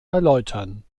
erläutern